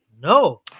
No